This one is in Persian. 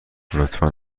لطفا